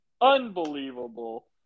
Unbelievable